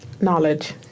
Knowledge